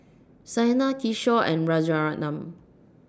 Saina Kishore and Rajaratnam